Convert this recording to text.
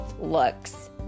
looks